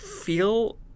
feel